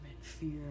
fear